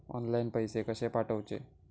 Online पैसे कशे पाठवचे?